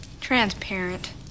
transparent